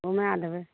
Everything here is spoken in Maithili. घूमाए देबै